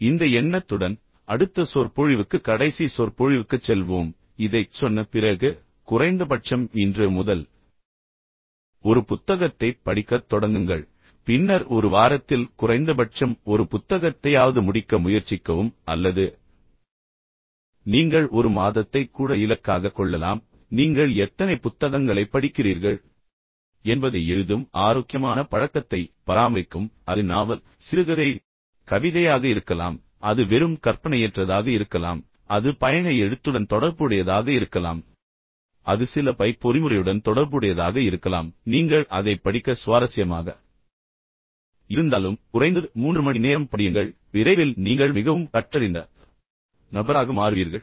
எனவே இந்த எண்ணத்துடன் அடுத்த சொற்பொழிவுக்கு கடைசி சொற்பொழிவுக்குச் செல்வோம் இதைச் சொன்ன பிறகு குறைந்தபட்சம் இன்று முதல் ஒரு புத்தகத்தைப் படிக்கத் தொடங்குங்கள் பின்னர் ஒரு வாரத்தில் குறைந்தபட்சம் ஒரு புத்தகத்தையாவது முடிக்க முயற்சிக்கவும் அல்லது நீங்கள் ஒரு மாதத்தை கூட இலக்காகக் கொள்ளலாம் பின்னர் நீங்கள் எத்தனை புத்தகங்களைப் படிக்கிறீர்கள் என்பதை எழுதும் ஆரோக்கியமான பழக்கத்தை பராமரிக்கவும் அது உங்களுக்கு விருப்பமான புத்தகமாக இருக்கலாம் அது நாவலாக இருக்கலாம் சிறுகதை கவிதையாக இருக்கலாம் அது வெறும் கற்பனையற்றதாக இருக்கலாம் அது பயண எழுத்துடன் தொடர்புடையதாக இருக்கலாம் அது காருடன் தொடர்புடையதாக இருக்கலாம் பின்னர் அது சில பைக் பொறிமுறையுடன் தொடர்புடையதாக இருக்கலாம் நீங்கள் அதைப் படிக்க சுவாரஸ்யமாக இருந்தாலும் நான் சொன்னது போல் குறைந்தது 3 மணி நேரம் படியுங்கள் விரைவில் நீங்கள் மிகவும் கற்றறிந்த நபராக மாறுவீர்கள்